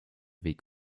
weg